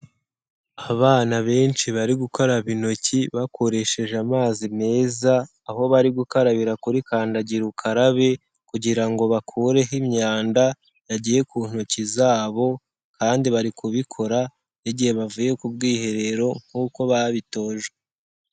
Abana benshi bari gukaraba intoki, bakoresheje amazi meza, aho bari gukarabira kuri kandagira ukarabe kugira ngo bakureho imyanda, yagiye ku ntoki zabo kandi bari kubikora, igihe bavuye ku bwiherero nk'uko babitojwe.